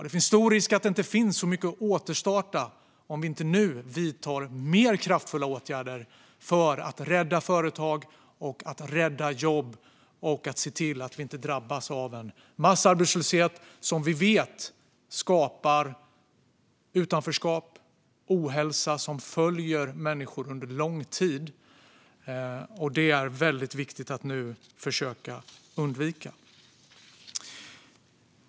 Risken är stor att det inte finns så mycket att återstarta om vi inte nu vidtar mer kraftfulla åtgärder för att rädda företag och jobb och se till att vi inte drabbas av massarbetslöshet, som vi vet skapar utanförskap och ohälsa som följer människor under lång tid. Detta är väldigt viktigt att nu försöka undvika.